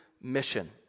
mission